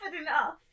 enough